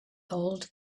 old